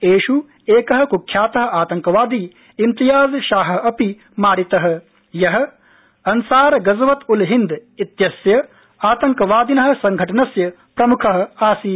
एष् एक कुख्यात आतंकवादी इम्तियाज्ञ शाह अपि मारित य अंसार गजवत् उल हिन्द इत्यस्य आतंकवादि संघटनस्य प्रमुख आसीत्